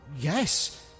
Yes